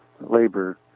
labor